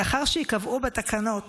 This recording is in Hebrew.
לאחר שייקבעו בתקנות